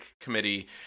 committee